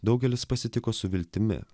daugelis pasitiko su viltimi